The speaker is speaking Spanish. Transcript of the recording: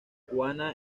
juana